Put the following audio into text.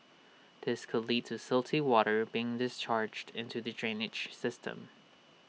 this could lead to silty water being discharged into the drainage system